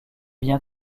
leurs